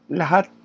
lahat